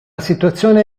situazione